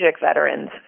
veterans